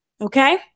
okay